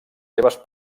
seves